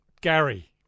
Gary